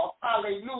Hallelujah